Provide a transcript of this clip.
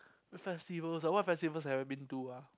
festivals ah what festivals have I been to ah